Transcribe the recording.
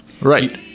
right